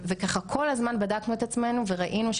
הצעת החוק שהכנתן היא כוללת,